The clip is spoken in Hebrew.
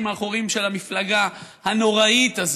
האחוריים של המפלגה הנוראית הזאת,